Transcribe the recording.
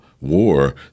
war